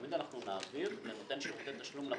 אנחנו תמיד נעביר לנותן שירותי תשלום למוטב.